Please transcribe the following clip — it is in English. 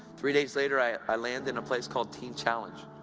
three days later, i i landed in a place called teen challenge.